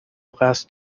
قصد